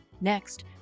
Next